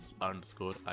underscore